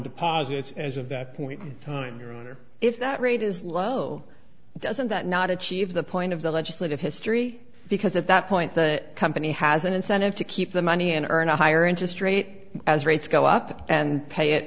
deposits as of that point in time your honor if that rate is low doesn't that not achieve the point of the legislative history because at that point the company has an incentive to keep the money and earn a higher interest rate as rates go up and pay it